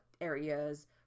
areas